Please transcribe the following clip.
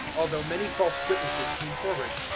although many false witnesses came forward.